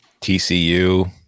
TCU